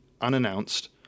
unannounced